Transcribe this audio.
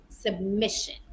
submission